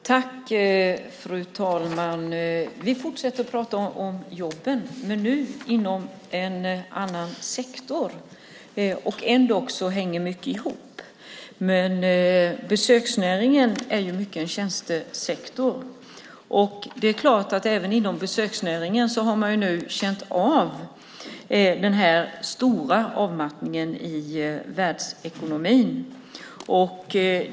Fru talman! Vi fortsätter att prata om jobben, men nu inom en annan sektor. Mycket hänger dock ihop. Besöksnäringen är ju mycket en tjänstesektor. Även inom besöksnäringen har man nu känt av den stora avmattningen i världsekonomin.